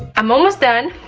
i'm almost done.